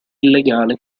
illegale